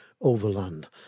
Overland